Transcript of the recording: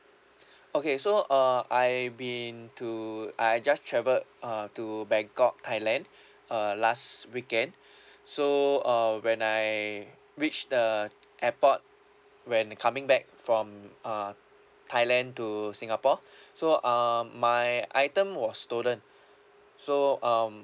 okay so uh I've been to I just travel uh to bangkok thailand uh last weekend so uh when I reached the airport when coming back from uh thailand to singapore so uh my item was stolen so um